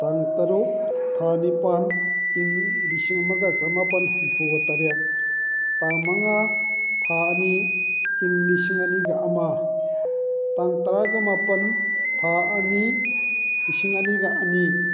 ꯇꯥꯡ ꯇꯔꯨꯛ ꯊꯥ ꯅꯤꯄꯥꯜ ꯏꯪ ꯂꯤꯁꯤꯡ ꯑꯃꯒ ꯆꯃꯥꯄꯜ ꯍꯨꯝꯐꯨꯒ ꯇꯔꯦꯠ ꯇꯥꯡ ꯃꯉꯥ ꯊꯥ ꯑꯅꯤ ꯏꯪ ꯂꯤꯁꯤꯡ ꯑꯅꯤꯒ ꯑꯃ ꯇꯥꯡ ꯇꯔꯥꯒ ꯃꯥꯄꯜ ꯊꯥ ꯑꯅꯤ ꯂꯤꯁꯤꯡ ꯑꯅꯤꯒ ꯑꯅꯤ